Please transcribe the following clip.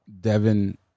Devin